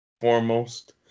foremost